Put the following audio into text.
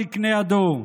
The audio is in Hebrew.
זקני הדור?